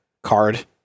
card